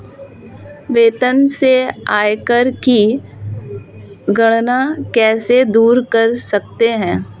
वेतन से आयकर की गणना कैसे दूर कर सकते है?